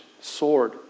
sword